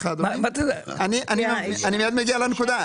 אני מיד מגיע לנקודה.